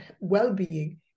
well-being